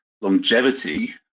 longevity